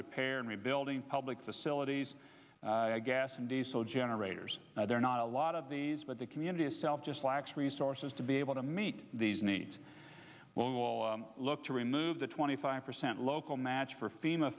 repair and rebuilding public facilities gas and diesel generators there are not a lot of these but the community itself just lacks resources to be able to meet these needs will look to remove the twenty five percent local match for fema